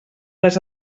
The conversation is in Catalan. les